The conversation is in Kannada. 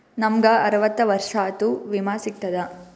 ನಮ್ ಗ ಅರವತ್ತ ವರ್ಷಾತು ವಿಮಾ ಸಿಗ್ತದಾ?